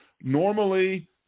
normally